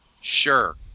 Sure